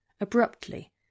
abruptly